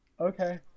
okay